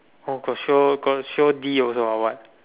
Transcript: oh got show got show D also or what